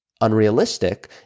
unrealistic